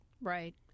Right